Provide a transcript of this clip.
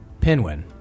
Pinwin